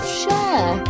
share